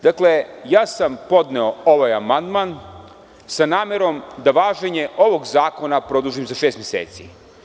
Dakle, ja sam podneo ovaj amandman sa namerom da važenje ovog zakona produžim za šest meseci.